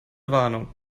warnung